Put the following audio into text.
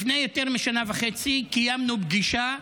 לפני יותר משנה וחצי קיימנו פגישה,